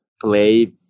play